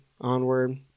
onward